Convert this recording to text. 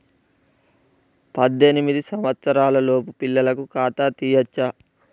పద్దెనిమిది సంవత్సరాలలోపు పిల్లలకు ఖాతా తీయచ్చా?